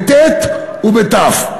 בטי"ת ובתי"ו.